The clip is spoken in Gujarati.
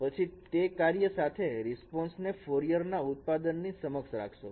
પછી તે કાર્ય સાથે રિસ્પોન્સ ને ફોરિયર ના ઉત્પાદનની સમક્ષ રાખશો